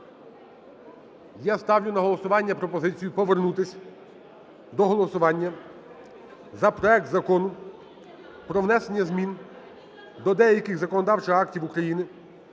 Я ставлю на голосування пропозицію повернутись до голосування за проект Закону про внесення змін до деяких законодавчих актів України